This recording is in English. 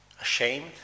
ashamed